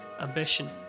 ambition